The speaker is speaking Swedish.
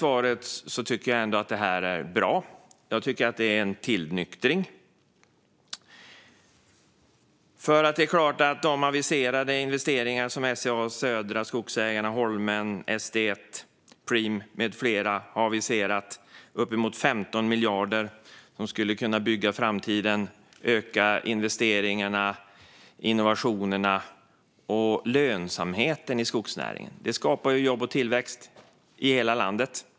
Jag tycker ändå att detta svar är bra. Det är en tillnyktring. Det är klart att de investeringar som SCA, Södra, Holmen, ST1, Preem med flera har aviserat - uppåt 15 miljarder kronor - skulle kunna bygga framtiden och öka investeringarna, innovationerna och lönsamheten i skogsnäringen. Det skapar jobb och tillväxt i hela landet.